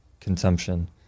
consumption